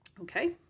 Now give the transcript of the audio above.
Okay